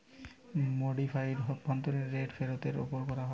modified অভ্যন্তরীন rate ফেরতের ওপর করা হয়